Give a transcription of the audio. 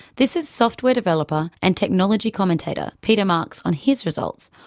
this is software developer and technology commentator peter marks on his results,